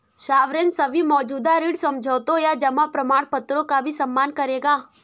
sovereign सभी मौजूदा ऋण समझौतों या जमा प्रमाणपत्रों का भी सम्मान करेगा